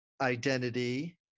identity